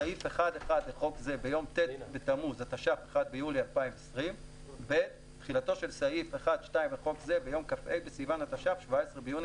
סעיף 1(1) לחוק זה ביום ט' בתמוז התש"ף (1 ביולי 2020). (ב)תחילתו של סעיף 1(2) לחוק זה ביום כ"ה בסיון התש"ף (17 ביוני